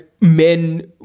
men